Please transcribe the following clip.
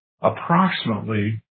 approximately